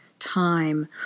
time